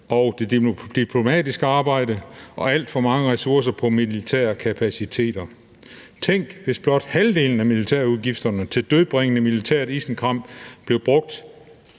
på det diplomatiske arbejde og alt for mange ressourcer på militære kapaciteter. Tænk, hvis blot halvdelen af militærudgifterne til dødbringende militært isenkram blev brugt